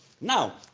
Now